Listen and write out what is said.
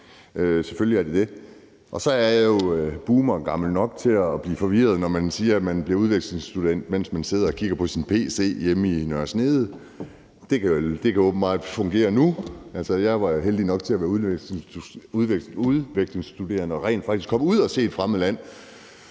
Selvfølgelig er det det. Så er jeg jo boomergammel nok til at blive forvirret, når man siger, at man bliver udvekslingsstudent, mens man sidder og kigger på sin pc hjemme i Nørre Snede. Det kan åbenbart fungere nu. Jeg var heldig nok til at være udvekslingsstuderende og rent faktisk komme ud og se et fremmed land.